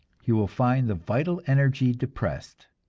he will find the vital energy depressed,